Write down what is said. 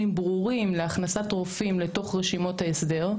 ברורים להכנסת רופאים לתוך רשימות ההסדר.